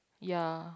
ya